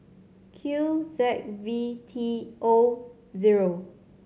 Q Z V T O zero